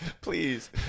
please